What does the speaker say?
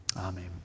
amen